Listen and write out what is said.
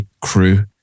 crew